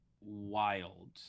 wild